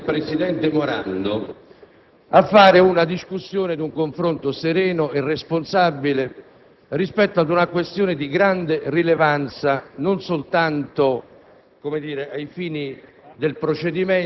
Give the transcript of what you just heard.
Vorrei accogliere l'invito del presidente Morando per una discussione e un confronto sereni e responsabili rispetto ad una questione di grande rilevanza, non soltanto